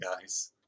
guys